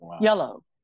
Yellow